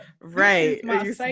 Right